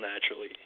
naturally